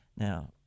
Now